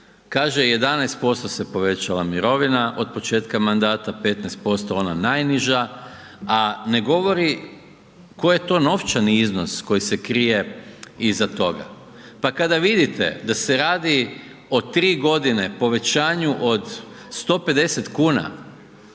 Kaže 11% se povećala mirovina od početka mandata 15% ona najniža a ne govori koji je to novčani iznos koji je krije iza toga. Pa kada vidite da se radi o tri godine povećanju od 150 kuna